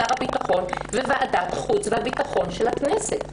שר הביטחון וועדת החוץ והביטחון של הכנסת."